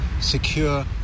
secure